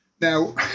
Now